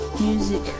music